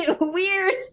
Weird